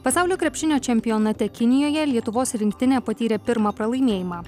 pasaulio krepšinio čempionate kinijoje lietuvos rinktinė patyrė pirmą pralaimėjimą